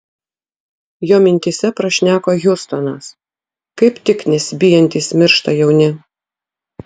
jo mintyse prašneko hiustonas kaip tik nesibijantys miršta jauni